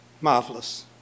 Marvelous